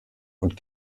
und